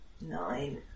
nine